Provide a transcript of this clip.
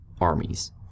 armies